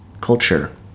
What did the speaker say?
culture